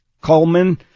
Coleman